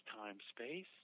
time-space